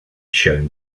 shown